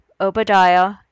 Obadiah